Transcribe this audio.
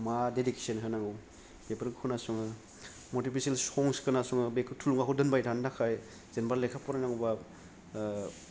मा देदिकिसन होनांगौ बेफोरखौ खौनासङो मटिबेसनस संस खोनासङो बेखौ थुलुंगाखौ दोनबाय थानो थाखाय जेन'बा लेखा फराय नांगौबा